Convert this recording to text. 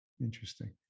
Interesting